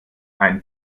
ein